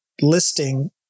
listing